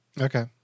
Okay